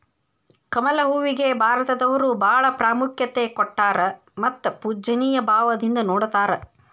ಕಮಲ ಹೂವಿಗೆ ಭಾರತದವರು ಬಾಳ ಪ್ರಾಮುಖ್ಯತೆ ಕೊಟ್ಟಾರ ಮತ್ತ ಪೂಜ್ಯನಿಯ ಭಾವದಿಂದ ನೊಡತಾರ